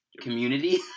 community